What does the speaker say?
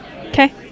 Okay